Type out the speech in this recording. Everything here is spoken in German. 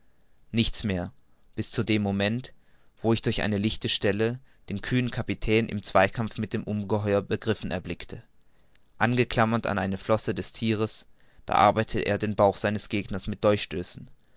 nichts mehr bis zu dem moment wo ich durch eine lichte stelle den kühnen kapitän im zweikampf mit dem ungeheuer begriffen erblickte angeklammert an eine der flossen des thieres bearbeitete er den bauch seines gegners mit